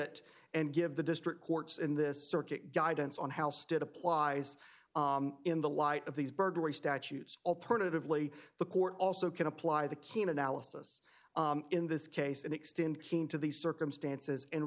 it and give the district courts in this circuit guidance on how state applies in the light of these burglary statues alternatively the court also can apply the can analysis in this case and extend king to these circumstances and